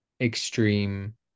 extreme